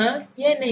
हाँ नहीं